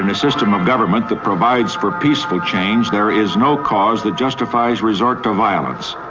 and system of government that provides for peaceful change, there is no cause that justifies resort to violence.